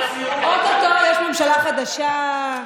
או-טו-טו יש ממשלה חדשה,